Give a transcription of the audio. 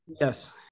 yes